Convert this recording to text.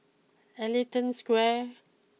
Ellington Square